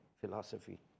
philosophy